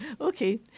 Okay